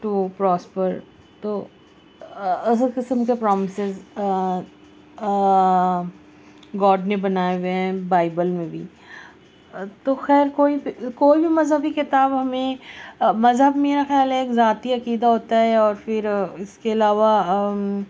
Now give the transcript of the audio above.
تو پروسپر تو ایسے قسم کے پرومسز گوڈ نے بنائے ہوئے ہیں بائبل میں بھی تو خیر کوئی کوئی بھی مذہبی کتاب ہمیں مذہب میرا خیال ہے ایک ذاتی عقیدہ ہوتا ہے اور پھر اس کے علاوہ